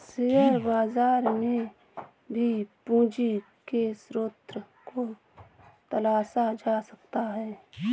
share बाजार में भी पूंजी के स्रोत को तलाशा जा सकता है